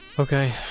Okay